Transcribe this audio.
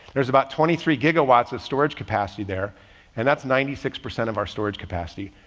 there's about twenty three gigawatts of storage capacity there and that's ninety six percent of our storage capacity.